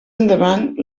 endavant